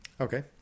Okay